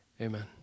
Amen